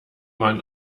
man